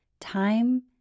time